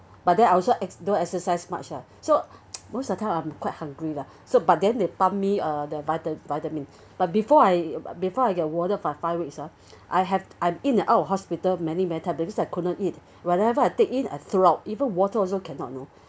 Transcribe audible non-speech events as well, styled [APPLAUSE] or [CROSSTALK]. but then I also ex~ don't exercise much ah so [NOISE] most of time I'm quite hungry lah so but then they pumped me uh the vita~ vitamin but before I before I get warded for five weeks ah [BREATH] I have I'm in and out of hospital many many time because I couldn't eat [BREATH] whatever I take in I throw out even water also cannot you know